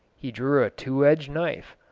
he drew a two-edged knife,